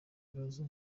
ikibazo